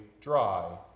dry